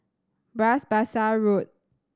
Bras Basah Road